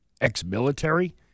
ex-military